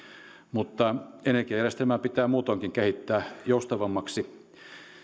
mutta energiajärjestelmää pitää muutoinkin kehittää joustavammaksi